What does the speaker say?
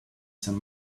some